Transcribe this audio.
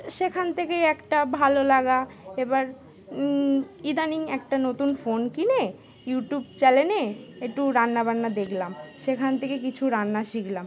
সেখান থেকেই একটা ভালো লাগা এবার ইদানিং একটা নতুন ফোন কিনে ইউটিউব চ্যানেলে একটু রান্নাবান্না দেখলাম সেখান থেকে কিছু রান্না শিখলাম